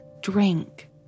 drink